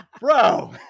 bro